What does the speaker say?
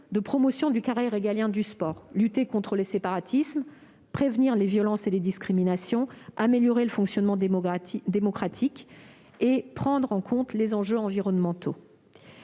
de promotion du carré régalien du sport : lutter contre les séparatismes, prévenir les violences et les discriminations, améliorer le fonctionnement démocratique et prendre en compte les enjeux environnementaux.